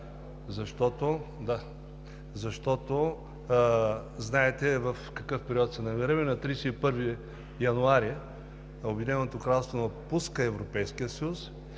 си. Знаете в какъв период се намираме. На 31 януари Обединеното кралство напуска Европейския съюз,